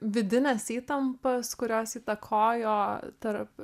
vidines įtampas kurios įtakojo tarp